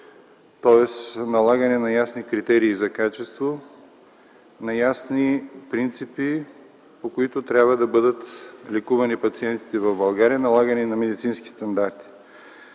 тоест налагането на ясни критерии за качество, на ясни принципи, по които трябва да бъдат лекувани пациентите в България, налагането на медицински стандарти.